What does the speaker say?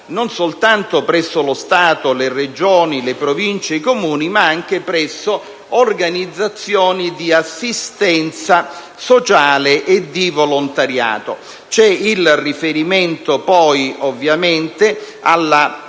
non soltanto presso lo Stato, le Regioni, le Province e i Comuni, ma anche presso organizzazioni di assistenza sociale e di volontariato. C'è poi ovviamente il